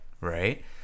right